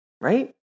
Right